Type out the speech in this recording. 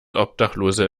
obdachlose